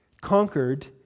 conquered